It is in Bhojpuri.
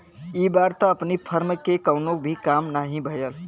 इ बार त अपनी फर्म के कवनो भी काम नाही भयल